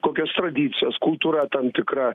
kokios tradicijos kultūra tam tikra